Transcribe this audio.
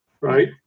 right